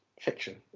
fiction